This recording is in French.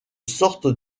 sorte